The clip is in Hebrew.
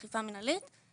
אכיפה מינהלית,